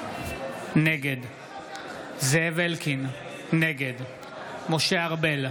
נגד זאב אלקין, נגד משה ארבל,